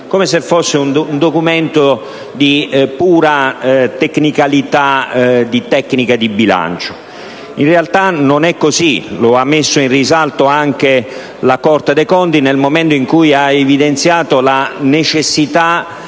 come se fosse un documento di pura tecnica di bilancio. In realtà, non è così, come ha messo in risalto anche la Corte dei conti nel momento in cui ha evidenziato la necessità